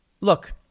Look